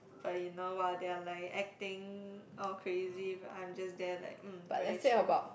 but you know !wah! they are like acting all crazy but I'm just there like um very chill